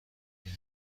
این